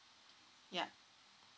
ya